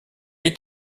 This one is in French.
est